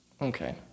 Okay